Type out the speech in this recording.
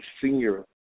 senior